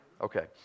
Okay